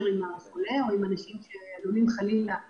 עם החולה ועם אנשים שעלולים חלילה להידבק,